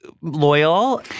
loyal